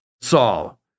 Saul